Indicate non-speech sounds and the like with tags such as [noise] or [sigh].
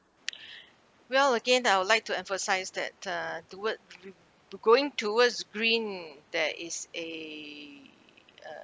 [breath] well again I would like to emphasise that uh toward [noise] we going towards green there is a uh